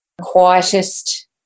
quietest